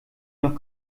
noch